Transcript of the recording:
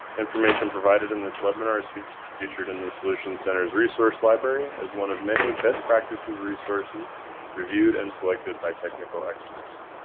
information provided in this webinar is features in the solutions center's resource library as one of many best practices resources reviewed and selected by technical experts.